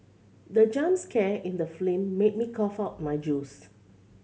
the jump scare in the made me cough out my juice